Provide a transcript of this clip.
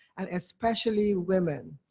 and especially women.